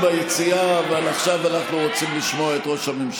בואי תתעסקי במי יהיה מאמן נבחרת ישראל בכדורגל.